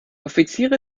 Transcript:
offiziere